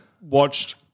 watched